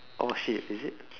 oh shit is it